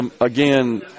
again